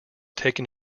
taken